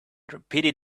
repeated